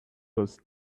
was